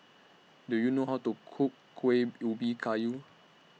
Do YOU know How to Cook Kueh Ubi Kayu